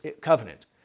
Covenant